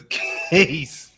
case